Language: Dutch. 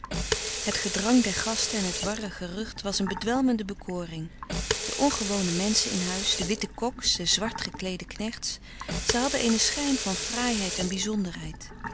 het gedrang der gasten en het warre gerucht was een bedwelmende bekoring de ongewone menschen in huis de witte koks de zwart gekleede knechts ze hadden eenen schijn van fraaiheid en bizonderheid